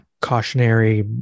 Cautionary